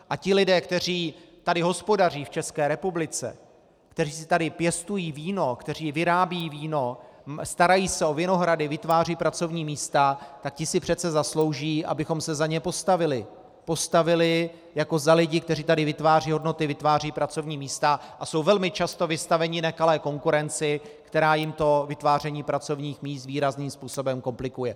A ti lidé, kteří tady hospodaří v České republice, kteří si tady pěstují víno, kteří vyrábějí víno, starají se o vinohrady, vytvářejí pracovní místa, ti si přece zaslouží, abychom se za ně postavili jako za lidi, kteří tady vytvářejí hodnoty, vytvářejí pracovní místa a jsou velmi často vystaveni nekalé konkurenci, která jim vytváření pracovních míst výrazným způsobem komplikuje.